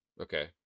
Okay